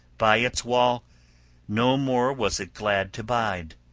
by its wall no more was it glad to bide,